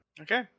Okay